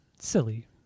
silly